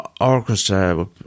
orchestra